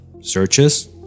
searches